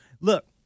Look